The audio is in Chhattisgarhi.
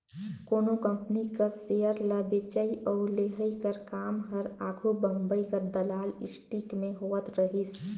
कोनो कंपनी कर सेयर ल बेंचई अउ लेहई कर काम हर आघु बंबई कर दलाल स्टीक में होवत रहिस